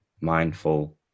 mindful